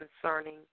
concerning